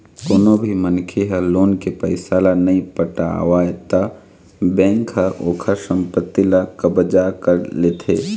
कोनो भी मनखे ह लोन के पइसा ल नइ पटावय त बेंक ह ओखर संपत्ति ल कब्जा कर लेथे